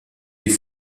des